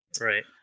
Right